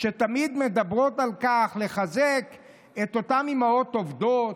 שתמיד מדברות על הצורך לחזק את אותן אימהות עובדות,